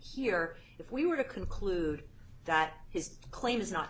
here if we were to conclude that his claim is not